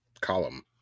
column